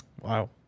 Wow